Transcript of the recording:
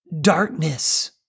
darkness